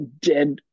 dead